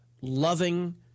loving